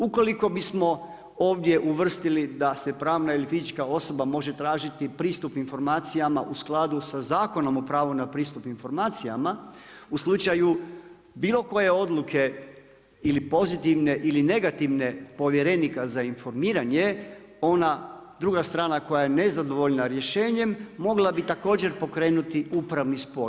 Ukoliko bismo ovdje uvrstili da se pravna ili fizička osoba može tražiti pristup informacijama u skladu sa Zakonom o pravu na pristup informacijama, u slučaju bilo koje odluke, ili pozitivne ili negativne povjerenika za informiranje, ona druga strana koja je nezadovoljna rješenjem, mogla bi također pokrenuti upravni spor.